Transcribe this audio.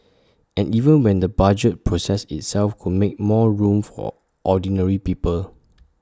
and even when the budget process itself could make more room for ordinary people